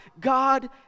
God